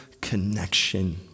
connection